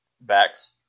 backs